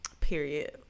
Period